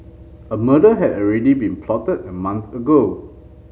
a murder had already been plotted a month ago